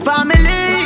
Family